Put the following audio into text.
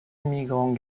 immigrants